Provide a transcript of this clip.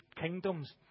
kingdoms